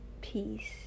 peace